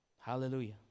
Hallelujah